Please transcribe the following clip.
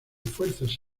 fuerzas